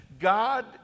God